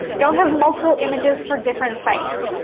don't have multiple images for different sites.